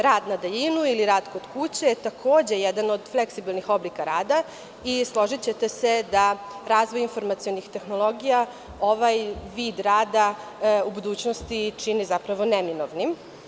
Rad na daljinu ili rad kod kuće je takođe jedan od fleksibilnih oblika rada i složićete se da razvoj informacionih tehnologija ovaj vid rada u budućnosti čini zapravo neminovnim.